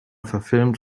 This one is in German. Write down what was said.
verfilmt